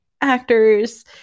actors